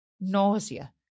nausea